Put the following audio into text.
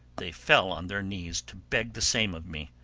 they fell on their knees to beg the same of me.